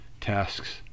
tasks